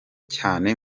cyane